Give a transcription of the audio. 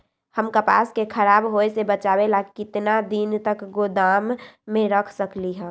हम कपास के खराब होए से बचाबे ला कितना दिन तक गोदाम में रख सकली ह?